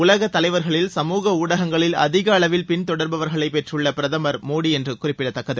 உலக தலைவர்களில் சமூக ஊடகங்களில் அதிக அளவில் பின் தொடர்பவர்களை பெற்றுள்ளவர் பிரதமர் மோதி என்பது குறிப்பிடத்தக்கது